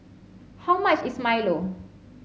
how much is Milo